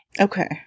Okay